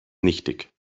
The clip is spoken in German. nichtig